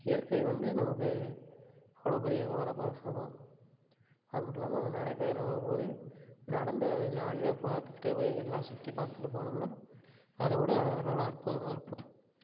இயற்கை வந்து நமக்கு அவ்வளோ பெரிய வரப்பிரசாதம் அது மட்டும் இல்லாமல் அந்த நடைப்பயணங்கும் போது நடந்த ஜாலியாக பார்த்துக்கிட்டே எல்லா சுற்றி பார்த்துட்டு போனோமுன்னால் அதை விட நல்லா அற்புதமாக இருக்கும்